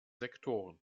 sektoren